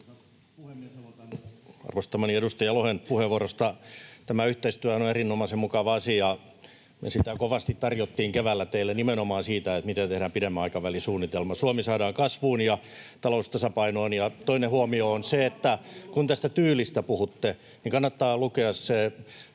arvostamani edustaja Lohen puheenvuorosta. Tämä yhteistyöhän on erinomaisen mukava asia. Me sitä kovasti tarjottiin keväällä teille nimenomaan siinä, miten tehdään pitemmän aikavälin suunnitelma, saadaan Suomi kasvuun ja talous tasapainoon. Toinen huomio on se, että kun tästä tyylistä puhutte, niin kannattaa lukea se